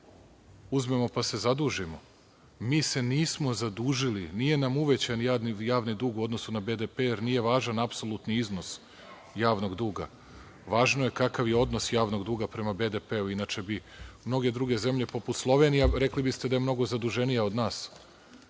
uzmemo, pa se zadužimo, mi se nismo zadužili, nije nam uvećan javni dug u odnosu na BDP, jer nije važan apsolutni iznos javnog duga, važno kakav je odnos javnog duga prema BDP-u, inače bi druge zemlje poput Slovenije, a rekli biste da je mnogo zaduženija od nas,